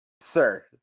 sir